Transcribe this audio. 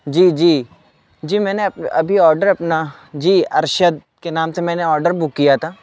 جی جی جی میں نے ابھی آڈر اپنا جی ارشد کے نام سے میں نے آڈر بک کیا تھا